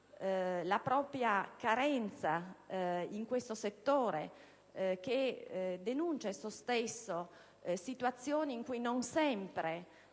la propria carenza in questo settore e denuncia esso stesso situazioni in cui non sempre